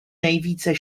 nejvíce